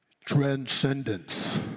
Transcendence